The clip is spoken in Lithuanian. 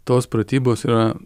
tos pratybos yra